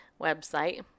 website